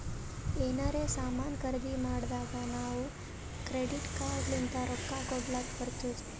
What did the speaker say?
ಎನಾರೇ ಸಾಮಾನ್ ಖರ್ದಿ ಮಾಡ್ದಾಗ್ ನಾವ್ ಕ್ರೆಡಿಟ್ ಕಾರ್ಡ್ ಲಿಂತ್ ರೊಕ್ಕಾ ಕೊಡ್ಲಕ್ ಬರ್ತುದ್